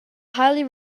highly